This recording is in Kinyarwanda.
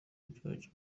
byacyo